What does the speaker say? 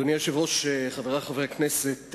אדוני היושב-ראש, חברי חברי הכנסת,